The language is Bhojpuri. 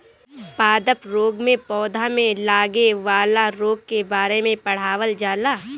पादप रोग में पौधा में लागे वाला रोग के बारे में पढ़ावल जाला